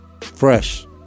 Fresh